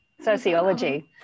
sociology